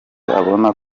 abona